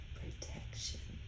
protection